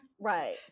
Right